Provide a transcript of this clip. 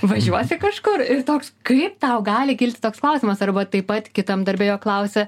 važiuosi kažkur ir toks kaip tau gali kilti toks klausimas arba taip pat kitam darbe jo klausė